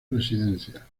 presidencia